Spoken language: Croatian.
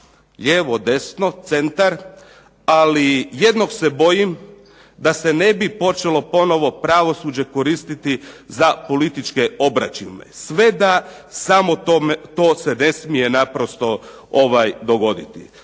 lijevo, desno, centar, ali jednog se bojim. Da se ne bi počelo ponovno pravosuđe koristiti za političke obračune. Sve da, samo to se ne smije naprosto dogoditi.